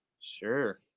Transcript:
Sure